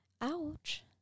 ouch